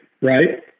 Right